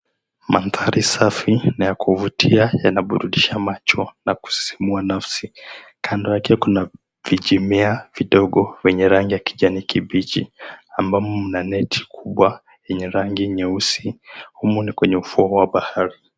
Maandhari safi na ya kuvutia yanaburudisha macho na kusisimua nafsi, kando yake kuna vijimea vidogo venye rangi ya kijni kibichi ambamo mna neti kubwa yenye rangi nyeusi, humo ni kwenye ufuo wa bahari.